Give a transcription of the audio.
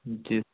जी